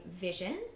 vision